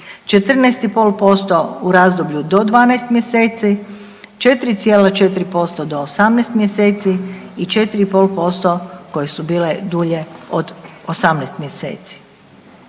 14,5% u razdoblju do 12 mjeseci, 4,4% do 18 mjeseci i 4,5% koje su bile dulje od 18 mjeseci.